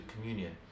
communion